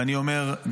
ואני אומר,